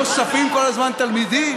נוספים כל הזמן תלמידים.